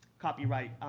copyright